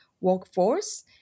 workforce